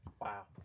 Wow